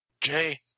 Jay